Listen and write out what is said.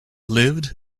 lived